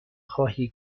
خواهی